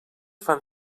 fan